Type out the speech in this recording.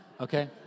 Okay